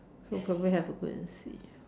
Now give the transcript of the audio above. so probably have to go and see